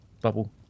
bubble